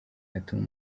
yatuma